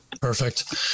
Perfect